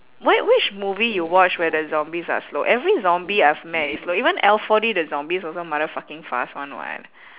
where which movie you watch where the zombies are slow every zombie I've met is slow even L_four_D the zombies also motherfucking fast [one] [what]